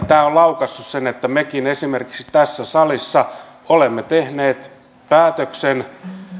tämä on laukaissut sen että mekin esimerkiksi tässä salissa olemme tehneet päätöksen